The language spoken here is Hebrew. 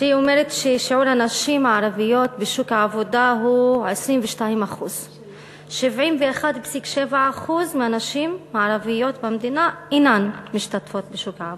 שאומרת ששיעור הנשים הערביות בשוק העבודה הוא 22%. 71.7% מהנשים הערביות במדינה אינן משתתפות בשוק העבודה.